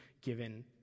given